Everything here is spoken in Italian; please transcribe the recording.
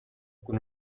con